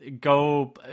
go